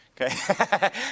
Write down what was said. Okay